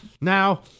Now